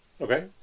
Okay